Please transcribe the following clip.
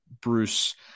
Bruce